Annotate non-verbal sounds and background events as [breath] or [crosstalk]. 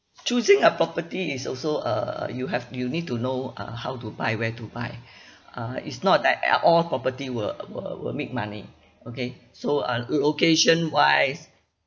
choosing a property is also uh you have you need to know uh how to buy where to buy [breath] uh it's not that at all property will will will make money okay so um location wise